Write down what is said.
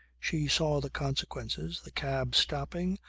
she saw the consequences, the cab stopping,